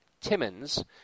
Timmons